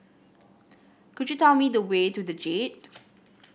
could you tell me the way to the Jade